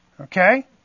Okay